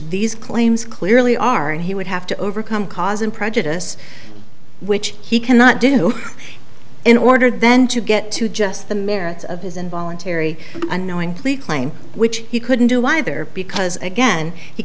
these claims clearly are he would have to overcome cause and prejudice which he cannot do in order then to get to just the merits of his involuntary unknowing plead claim which he couldn't do either because again he